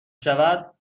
شود